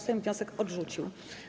Sejm wniosek odrzucił.